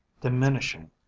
diminishing